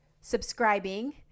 subscribing